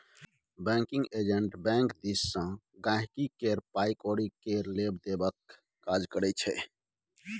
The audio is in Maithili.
बैंकिंग एजेंट बैंक दिस सँ गांहिकी केर पाइ कौरी केर लेब देबक काज करै छै